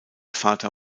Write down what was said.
vater